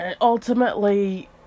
ultimately